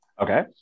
Okay